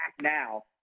now